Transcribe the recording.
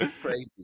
Crazy